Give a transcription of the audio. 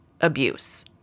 abuse